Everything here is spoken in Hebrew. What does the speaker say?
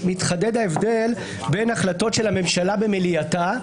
מתחדד ההבדל בין החלטות של הממשלה במליאתה,